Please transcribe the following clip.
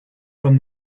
from